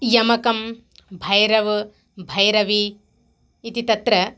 यमकं भैरव् भैरवी इति तत्र